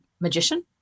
magician